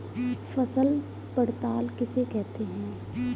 फसल पड़ताल किसे कहते हैं?